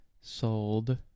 sold